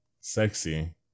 sexy